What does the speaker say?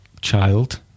child